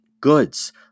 goods